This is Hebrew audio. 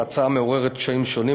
ההצעה מעוררת קשיים שונים,